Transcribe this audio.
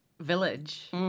village